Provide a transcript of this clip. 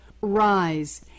Rise